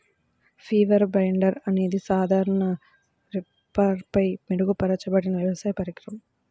reaper binder అనేది సాధారణ రీపర్పై మెరుగుపరచబడిన వ్యవసాయ పరికరం